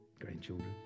grandchildren